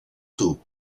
tub